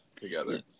together